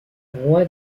roi